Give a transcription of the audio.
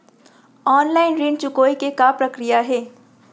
Online ऋण चुकोय के का प्रक्रिया हे?